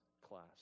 class